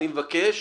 אני מבקש